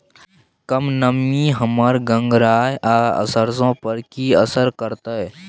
कम नमी हमर गंगराय आ सरसो पर की असर करतै?